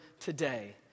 Today